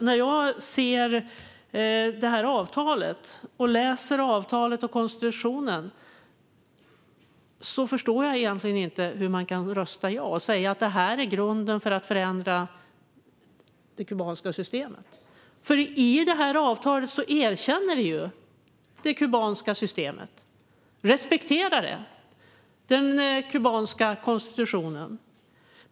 När jag läser detta avtal och konstitutionen förstår jag egentligen inte hur man kan rösta ja och säga att detta är grunden för att förändra det kubanska systemet. I detta avtal erkänns ju det kubanska systemet - det respekteras - och den kubanska konstitutionen.